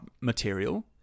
material